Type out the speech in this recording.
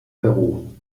peru